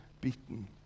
beaten